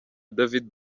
david